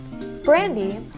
brandy